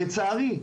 לצערי,